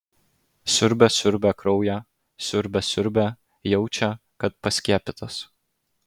siurbia siurbia kraują siurbia siurbia jaučia kad paskiepytas